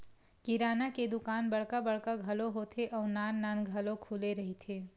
किराना के दुकान बड़का बड़का घलो होथे अउ नान नान घलो खुले रहिथे